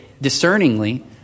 discerningly